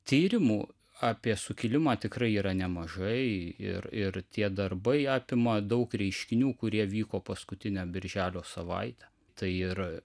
tyrimų apie sukilimą tikrai yra nemažai ir ir tie darbai apima daug reiškinių kurie vyko paskutinę birželio savaitę tai ir